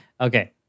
okay